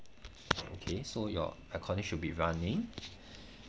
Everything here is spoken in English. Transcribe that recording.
okay so your recording should be running